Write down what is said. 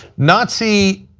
nazi